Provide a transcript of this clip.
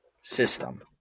system